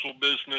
business